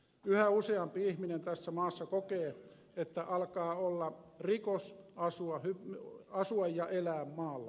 yhä useampi ihminen tässä maassa kokee että alkaa olla rikos asua ja elää maalla